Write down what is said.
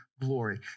glory